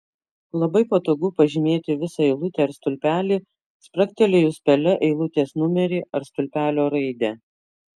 labai patogu pažymėti visą eilutę ar stulpelį spragtelėjus pele eilutės numerį ar stulpelio raidę